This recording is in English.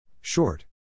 Short